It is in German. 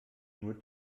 nur